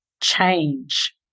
change